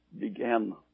began